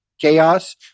chaos